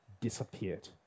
disappeared